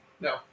No